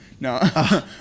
No